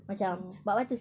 oh